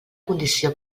condició